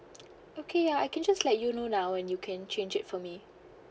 okay uh I can just let you know now and you can change it for me